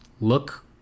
look